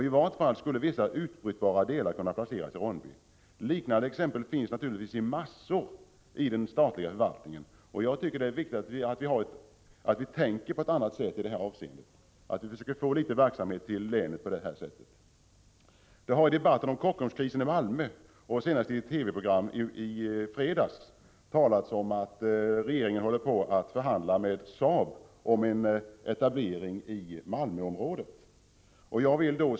I vart fall vissa utbrytbara delar skulle kunna placeras i Ronneby. Det finns naturligtvis mängder av liknande exempel inom den statliga förvaltningen. Jag tycker det är viktigt att vi i det avseendet tänker på ett annat sätt och försöker få litet verksamhet till Blekinge län. I debatten om Kockumskrisen i Malmö — senast i ett TV-program i fredags — har det talats om att regeringen håller på att förhandla med Saab om en etablering i Malmöområdet.